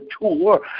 tour